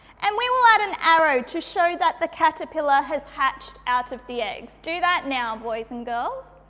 and we will add an arrow to show that the caterpillar has hatched out of the eggs. do that now boys and girls.